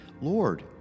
Lord